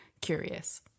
curious